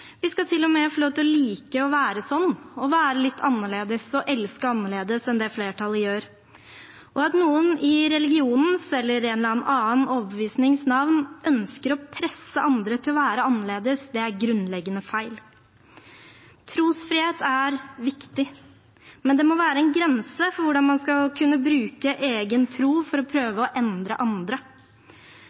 Vi skal til og med få lov til å like å være sånn, å være litt annerledes og elske annerledes enn det flertallet gjør. At noen i religionens eller en eller annen overbevisnings navn ønsker å presse andre til å være annerledes, er grunnleggende feil. Trosfrihet er viktig, men det må være en grense for hvordan man skal kunne bruke egen tro for å prøve å endre andre.